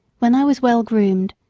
when i was well-groomed,